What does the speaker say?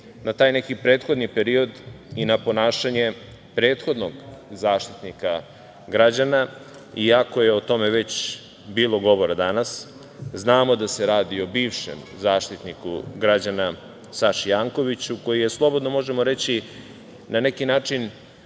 na taj neki prethodni period i na ponašanje prethodnog Zaštitnika građana, iako je o tome već bilo govora danas. Znamo da se radi o bivšem Zaštitniku građana Saši Jankoviću, koji je, slobodno možemo reći, na neki način